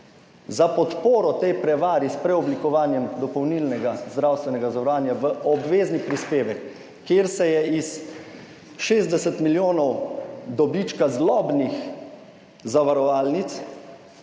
za podporo tej prevari s preoblikovanjem dopolnilnega zdravstvenega zavarovanja v obvezni prispevek, kjer se je iz 60 milijonov dobička zlobnih zavarovalnic